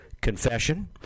confession